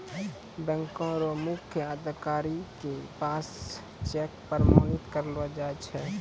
बैंको र मुख्य अधिकारी के पास स चेक प्रमाणित करैलो जाय छै